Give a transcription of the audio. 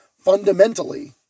fundamentally